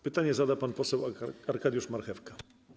Pytanie zada pan poseł Arkadiusz Marchewka.